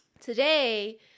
Today